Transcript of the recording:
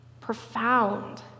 profound